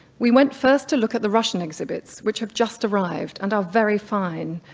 we went first to look at the russian exhibits, which have just arrived and are very fine,